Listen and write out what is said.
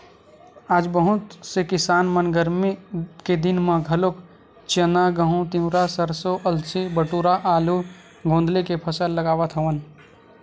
आज बहुत से किसान मन गरमी के दिन म घलोक चना, गहूँ, तिंवरा, सरसो, अलसी, बटुरा, आलू, गोंदली के फसल लगावत हवन